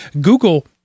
Google